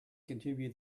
contribute